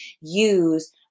use